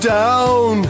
down